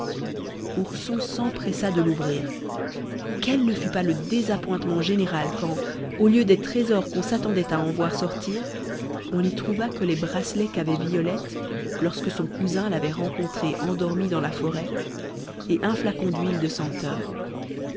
ourson s'empressa de l'ouvrir quel ne fut pas le désappointement général quand au lieu des trésors qu'on s'attendait à en voir sortir on n'y trouva que les bracelets qu'avait violette lorsque son cousin l'avait rencontrée endormie dans la forêt et un flacon d'huile de senteur